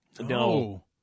No